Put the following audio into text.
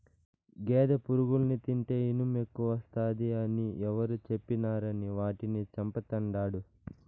గేదె పురుగుల్ని తింటే ఇనుమెక్కువస్తాది అని ఎవరు చెప్పినారని వాటిని చంపతండాడు